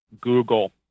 Google